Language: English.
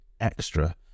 extra